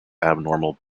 abnormal